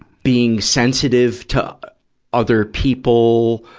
being sensitive to other people,